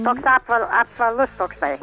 toks apval apvalus toksai